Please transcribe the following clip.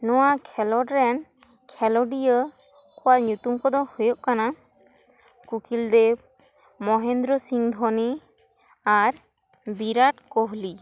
ᱱᱚᱣᱟ ᱠᱷᱮᱞᱚᱰ ᱨᱮᱱ ᱠᱷᱮᱞᱚᱰᱤᱭᱟᱹ ᱠᱚᱣᱟᱜ ᱧᱩᱛᱩᱢ ᱠᱚᱫᱚ ᱦᱩᱭᱩᱜ ᱠᱟᱱᱟ ᱠᱩᱯᱤᱞᱫᱮᱵᱽ ᱢᱚᱦᱮᱱᱫᱨᱟ ᱥᱤᱝ ᱫᱷᱚᱱᱤ ᱟᱨ ᱵᱤᱨᱟᱴ ᱠᱚᱦᱚᱞᱤ